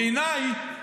בעיניי,